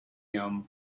him